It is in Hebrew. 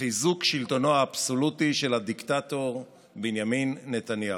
חיזוק שלטונו האבסולוטי של הדיקטטור בנימין נתניהו.